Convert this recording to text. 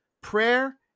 prayer